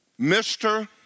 Mr